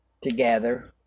together